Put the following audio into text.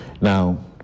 now